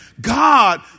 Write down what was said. God